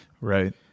Right